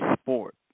sport